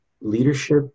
leadership